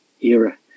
era